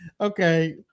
okay